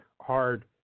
hard